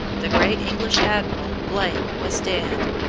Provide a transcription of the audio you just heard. the great english admiral, blake, was dead.